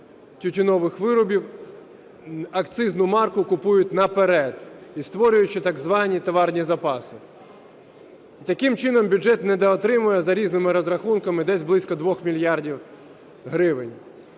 тютюнових виробів акцизну марку купують наперед і створюючи так звані товарні запаси. Таким чином бюджет недоотримає за різними розрахунками десь близько 2 мільярдів гривень.